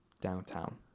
downtown